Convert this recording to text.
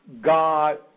God